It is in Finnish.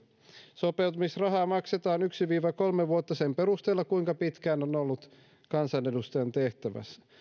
sopeutumisrahaa maksetaan yksi viiva kolme vuotta sen perusteella kuinka pitkään on ollut kansanedustajan tehtävässä